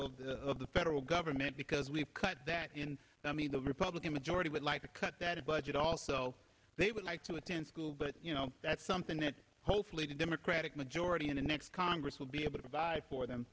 of the of the federal government because we've cut that in the republican majority would like to cut that a budget also they would like to attend school but you know that's something that hopefully the democratic majority in the next congress will be able to vie for them